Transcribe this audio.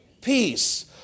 peace